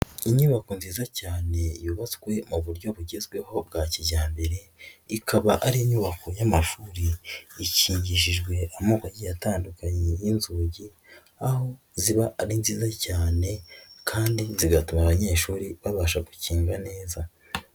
Inyubako nziza cyane yubatswe mu buryo bugezweho bwa kijyambere ikaba ari inyubako y'amashuri, ikigishijwe amoko atandukanye y'inzugi aho ziba ari nziza cyane kandi zigatuma abanyeshuri babasha gukinga neza.